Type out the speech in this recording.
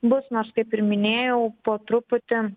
bus nors kaip ir minėjau po truputį